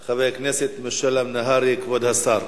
לסדר-היום חבר הכנסת משולם נהרי, כבוד השר.